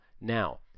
Now